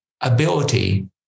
ability